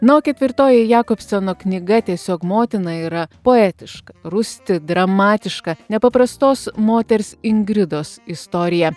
na o ketvirtoji jakobseno knyga tiesiog motina yra poetiška rūsti dramatiška nepaprastos moters ingridos istorija